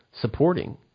supporting